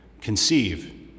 conceive